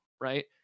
right